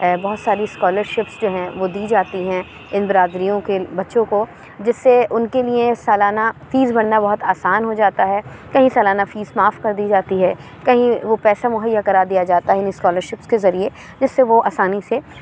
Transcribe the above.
بہت ساری اسکالرشپس جو ہیں وہ دی جاتی ہیں ان برادریوں کے بچوں کو جس سے ان کے لیے سالانہ فیس بھرنا بہت آسان ہو جاتا ہے کہیں سالانہ فیس معاف کر دی جاتی ہے کہیں وہ پیسہ مہیا کرا دیا جاتا ہے ان اسکالرشپس کے ذریعے جس سے وہ آسانی سے